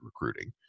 recruiting